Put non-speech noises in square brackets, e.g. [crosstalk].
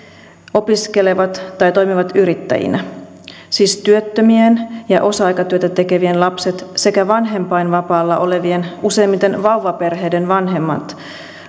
opiskelevat tai toimivat yrittäjinä [unintelligible] siis työttömien [unintelligible] [unintelligible] ja osa aikatyötä tekevien lapset sekä vanhempainvapaalla olevien useimmiten vauvaperheiden vanhemmat [unintelligible]